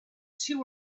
two